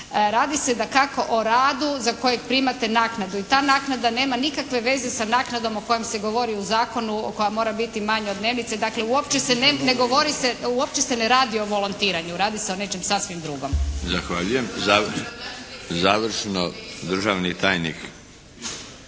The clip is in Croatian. Radi se dakako o radu za kojeg primate naknadu i ta naknada nema nikakve veze s naknadom o kojoj se govori u zakonu, koja mora biti manja od dnevnice. Dakle, uopće se ne govori se, uopće se ne radi se o volontiranju. Radi se o nečem sasvim drugom. **Milinović, Darko (HDZ)** Zahvaljujem. Završno. Državni tajnik